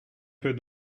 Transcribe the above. peut